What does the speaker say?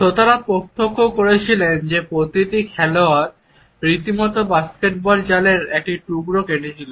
শ্রোতারা প্রত্যক্ষ করেছিলেন যে প্রতিটি খেলোয়াড় রীতিমত বাস্কেটবল জালের একটি টুকরো কেটেছিল